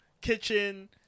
kitchen